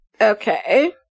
okay